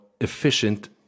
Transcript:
efficient